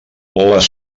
les